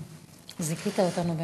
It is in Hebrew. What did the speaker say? הזיכיון עם